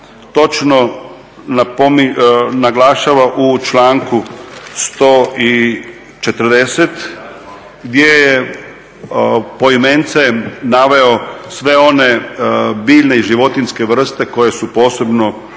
točno naglašava u članku 140. gdje je poimence naveo sve one biljne i životinjske vrste koje su posebno